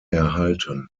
erhalten